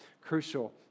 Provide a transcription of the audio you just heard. crucial